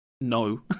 no